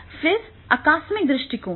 फिर आकस्मिक दृष्टिकोण